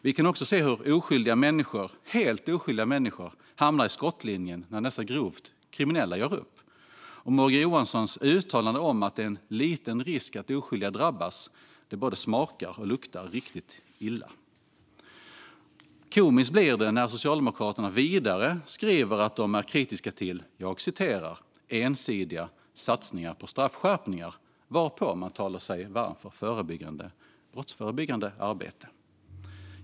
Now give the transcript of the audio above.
Vi ser också hur helt oskyldiga människor hamnar i skottlinjen när dessa grovt kriminella gör upp. Morgan Johanssons uttalande om att det är liten risk att oskyldiga drabbas både smakar och luktar riktigt illa. Komiskt blir det när Socialdemokraterna vidare skriver att de är kritiska till "ensidiga satsningar på straffskärpningar", varpå man talar sig varm för brottsförebyggande arbete.